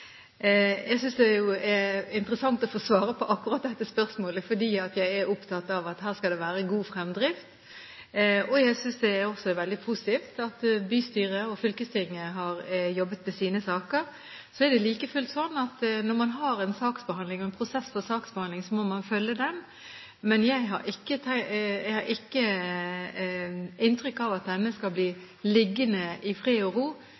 Jeg synes det er interessant å få svare på akkurat dette spørsmålet, fordi jeg er opptatt av at det her skal være en god fremdrift. Jeg synes også det er veldig positivt at bystyret og fylkestinget har jobbet med sine saker. Så er det like fullt slik at når man har en saksbehandling og en prosess for saksbehandling, må man følge den. Men jeg har ikke inntrykk av at denne skal bli liggende i fred og ro;